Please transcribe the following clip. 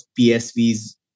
PSV's